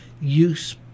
use